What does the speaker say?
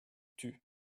tut